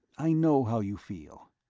i know how you feel.